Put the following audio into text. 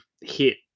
hit